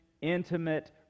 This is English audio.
intimate